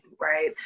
right